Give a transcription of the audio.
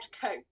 coat